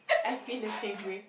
I feel the same way